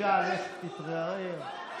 בבקשה לך,